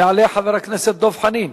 יעלה חבר הכנסת דב חנין.